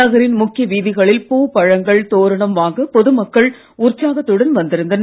நகரின் முக்கிய வீதிகளில் பூ பழங்கள் தோரணம் வாங்க பொதுமக்கள் உற்சாகத்துடன் வந்திருந்தனர்